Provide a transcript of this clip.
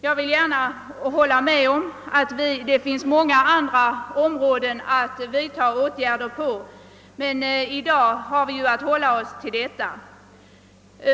Det finns många andra områden där man bör vidtaga åtgärder, men i dag har vi att hålla oss till detta.